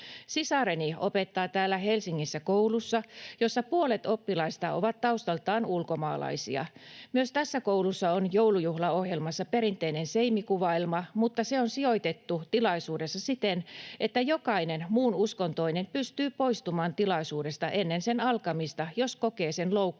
Sisareni opettaa täällä Helsingissä koulussa, jossa puolet oppilaista on taustaltaan ulkomaalaisia. Myös tässä koulussa on joulujuhlaohjelmassa perinteinen seimikuvaelma, mutta se on sijoitettu tilaisuudessa siten, että jokainen muun uskontoinen pystyy poistumaan tilaisuudesta ennen sen alkamista, jos kokee sen loukkaavan